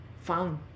found